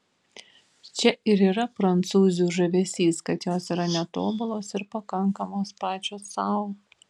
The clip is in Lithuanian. čia ir yra prancūzių žavesys kad jos yra netobulos ir pakankamos pačios sau